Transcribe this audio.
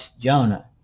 Jonah